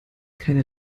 keine